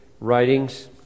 Writings